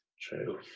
true